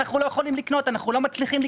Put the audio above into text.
אנחנו לא יכולים לקנות,